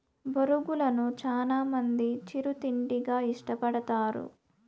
బొరుగులను చానా మంది చిరు తిండిగా ఇష్టపడతారు